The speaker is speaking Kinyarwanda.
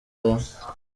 aya